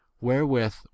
wherewith